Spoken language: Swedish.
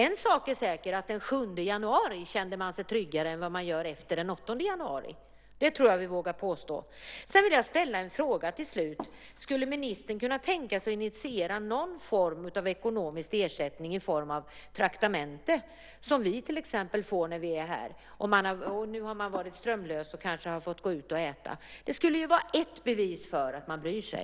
En sak är säker: Den 7 januari kände man sig tryggare än vad man gör efter den 8 januari. Det tror jag att vi vågar påstå. Till slut vill jag ställa en fråga. Skulle ministern kunna tänka sig att initiera någon form av ekonomisk ersättning i form av traktamente - som till exempel vi får när vi är här? Nu har man varit strömlös och kanske fått gå ut och äta. Det skulle vara ett bevis för att man bryr sig.